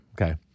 okay